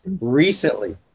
Recently